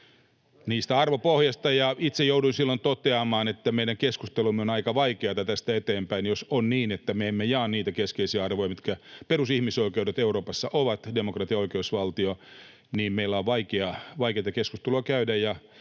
välihuuto] Itse jouduin silloin toteamaan, että meidän keskustelumme on aika vaikeata tästä eteenpäin. Jos on niin, että me emme jaa niitä keskeisiä arvoja, perusihmisoikeuksia, mitkä Euroopassa ovat — demokratia ja oikeusvaltio — niin meidän on vaikeata keskustelua käydä.